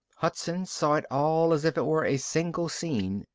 hudson saw it all as if it were a single scene,